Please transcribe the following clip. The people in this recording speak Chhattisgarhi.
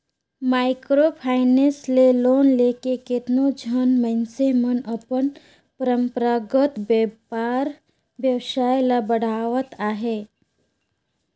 माइक्रो फायनेंस ले लोन लेके केतनो झन मइनसे मन अपन परंपरागत बयपार बेवसाय ल बढ़ावत अहें